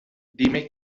dime